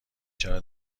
چرا